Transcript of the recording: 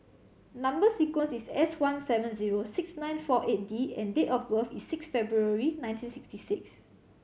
number sequence is S one seven zero six nine four eight D and date of birth is six February nineteen sixty six